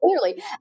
clearly